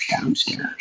downstairs